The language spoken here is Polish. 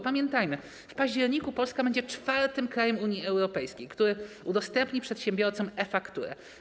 Pamiętajmy, w październiku Polska będzie czwartym krajem Unii Europejskiej, który udostępni przedsiębiorcom e-fakturę.